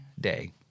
day